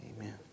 Amen